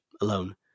alone